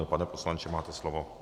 Pane poslanče, máte slovo.